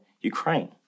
Ukraine